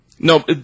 No